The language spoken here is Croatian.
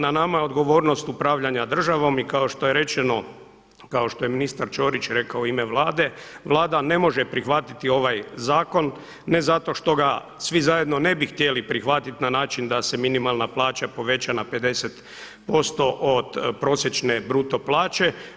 Na nama je odgovornost upravljanja državom i kao što je rečeno, kao što je ministar Ćorić rekao u ime Vlade, Vlada ne može prihvatiti ovaj zakon, ne zato što ga svi zajedno ne bi htjeli prihvatiti na način da se minimalna plaća poveća na 50% od prosječne bruto plaće.